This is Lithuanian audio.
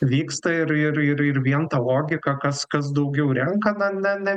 vyksta ir ir ir ir vien ta logika kas kas daugiau renka na ne ne